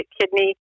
kidney